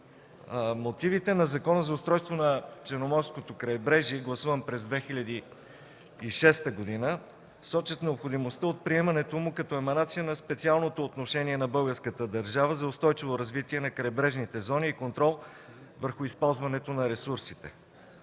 Мотивите на Закона за устройството на Черноморското крайбрежие, гласуван през 2006 г., сочат необходимостта от приемането му като еманация на специалното отношение на българската държава за устойчиво развитие на крайбрежните зони и контрол върху използването на ресурсите.